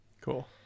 Cool